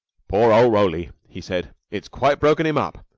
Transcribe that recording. poor old roly! he said. it's quite broken him up.